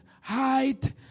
height